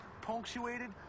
punctuated